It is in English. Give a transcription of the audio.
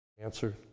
Answer